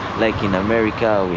like in america,